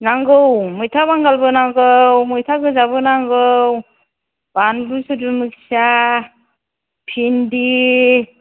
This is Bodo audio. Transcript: नांगौ मैथा बांगालबो नांगौ मैथा गोजाबो नांगौ बानलु सोद्रोमैखिया भिन्दि